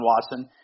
Watson